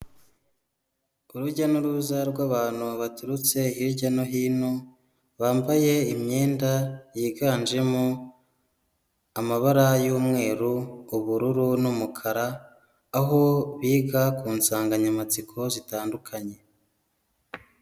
Urujya n'uruza rw'abantu baturutse hirya no hino bambaye imyenda yiganjemo amabara y'umweru, ubururu n'umukara aho biga ku nsanganyamatsiko zitandukanye.